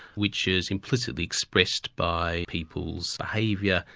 which is implicitly expressed by people's behavior,